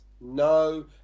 No